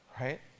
right